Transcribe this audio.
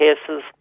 cases